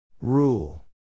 Rule